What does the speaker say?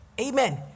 amen